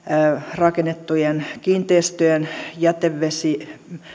rakennettujen kiinteistöjen